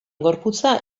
gorputza